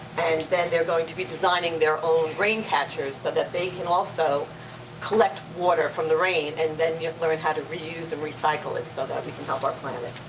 and then they're going to be designing their own rain catchers so that they can also collect water from the rain and then learn how to reuse and recycle it so that we can help our planet.